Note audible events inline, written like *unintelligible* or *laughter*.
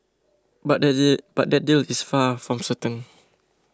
but *unintelligible* but that deal is far from certain